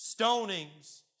stonings